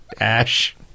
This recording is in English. Ash